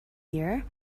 year